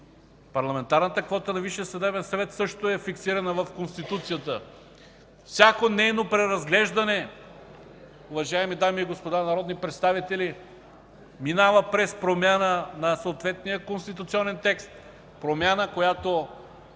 Парламентарната квота на Висшия съдебен съвет също е фиксирана в Конституцията. Всяко нейно преразглеждане, уважаеми дами и господа народни представители, минава през промяна на съответния конституционен текст – промяна, която